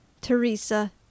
Teresa